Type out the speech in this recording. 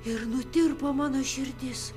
ir nutirpo mano širdis